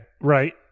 Right